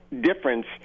difference